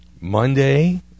Monday